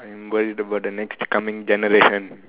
I am worried about the next coming generation